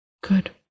Good